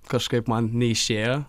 kažkaip man neišėjo